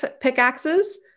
pickaxes